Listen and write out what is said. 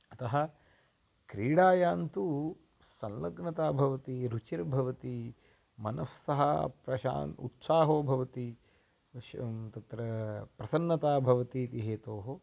अतः क्रीडायां तु संलग्नता भवति रुचिर्भवति मनस्सः प्रशान्तः उत्साहो भवति अवश्यं तत्रा प्रसन्नता भवति इति हेतोः